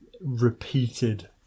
repeated